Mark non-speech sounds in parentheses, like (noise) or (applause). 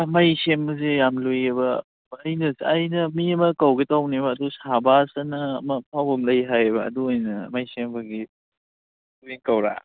ꯃꯩ ꯁꯦꯝꯕꯁꯦ ꯌꯥꯝ ꯂꯨꯏꯌꯦꯕ ꯑꯩꯅ ꯃꯤ ꯑꯃ ꯀꯧꯒꯦ ꯇꯧꯕꯅꯦꯕ ꯑꯗꯨ ꯁꯥꯕꯥꯁ ꯍꯥꯏꯅ ꯑꯃ ꯑꯐꯥꯎꯕ ꯑꯃ ꯂꯩ ꯍꯥꯏꯌꯦꯕ ꯑꯗꯨ ꯑꯣꯏꯅ ꯃꯩ ꯁꯦꯝꯕꯒꯤ (unintelligible)